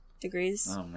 degrees